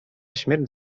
śmierć